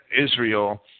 Israel